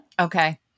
okay